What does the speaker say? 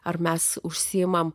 ar mes užsiimame